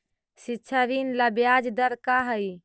शिक्षा ऋण ला ब्याज दर का हई?